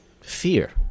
fear